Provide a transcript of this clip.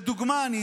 אתן דוגמה: